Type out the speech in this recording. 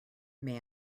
may